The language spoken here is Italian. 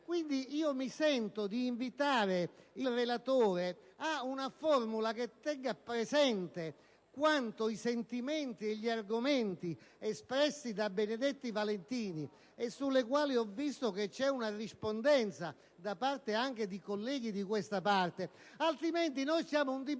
Quindi, mi sento di invitare il relatore ad una formula che tenga presente i sentimenti e gli argomenti espressi da Benedetti Valentini e sulle quali ho visto vi è una rispondenza da parte anche di colleghi di questa parte. Altrimenti noi stiamo in un dibattito